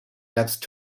next